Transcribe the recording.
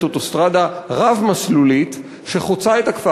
אוטוסטרדה רב-מסלולית שחוצה את הכפר.